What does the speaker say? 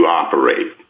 operate